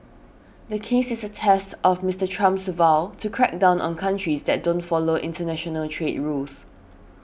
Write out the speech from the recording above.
the case is a test of Mister Trump's vow to crack down on countries that don't follow international trade rules